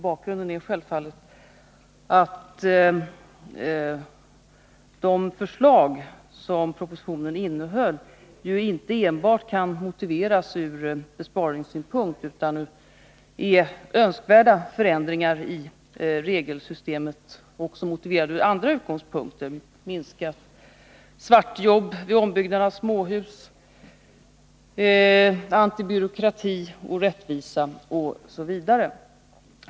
Bakgrunden är självfallet att de förslag som propositionen innehöll ju inte enbart kan motiveras ur besparingssynpunkt utan gäller önskvärda förändringar i regelsystemet och också är motiverade utifrån andra utgångspunkter: minskat svartjobb vid ombyggnad av småhus, antibyråkrati, rättvisa osv.